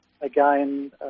again